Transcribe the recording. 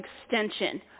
extension